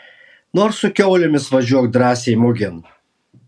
nors su kiaulėmis važiuok drąsiai mugėn